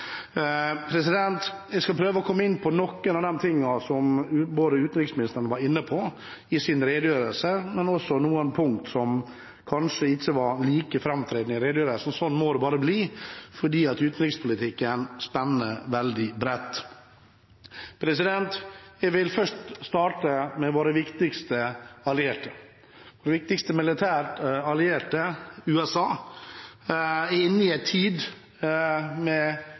Jeg skal komme inn på noen av de tingene som utenriksministeren var inne på i sin redegjørelse, men også noen punkt som kanskje ikke var like framtredende i redegjørelsen. Slik må det bli, fordi utenrikspolitikken spenner veldig bredt. Jeg vil starte med våre viktigste allierte. Den viktigste militære allierte, USA, er inne i en tid med